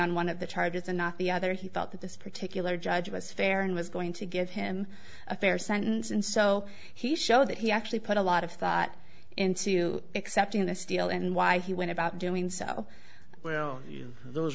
on one of the charges and not the other he felt that this particular judge was fair and was going to give him a fair sentence and so he showed that he actually put a lot of thought into accepting this deal and why he went about doing so well those